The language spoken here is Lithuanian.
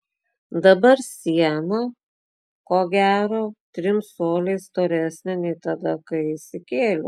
dabar siena ko gero trim coliais storesnė nei tada kai įsikėliau